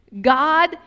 god